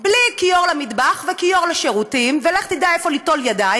בלי כיור למטבח וכיור לשירותים ולך תדע איפה ליטול ידיים,